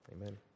Amen